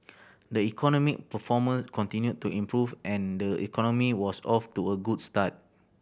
the economic performance continued to improve and the economy was off to a good start